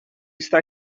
está